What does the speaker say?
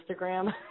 Instagram